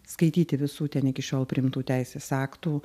skaityti visų ten iki šiol priimtų teisės aktų